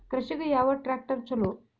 ಕೃಷಿಗ ಯಾವ ಟ್ರ್ಯಾಕ್ಟರ್ ಛಲೋ?